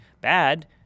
bad –